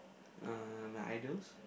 uh my idols